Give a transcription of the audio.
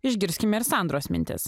išgirskime ir sandros mintis